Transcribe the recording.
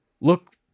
look